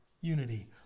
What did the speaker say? unity